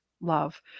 love